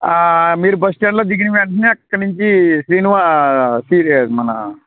మీరు బస్టాండ్లో దిగిన వెంటనే అక్కడ నుంచి శ్రీనివా శ్రీ మన